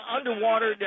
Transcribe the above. Underwater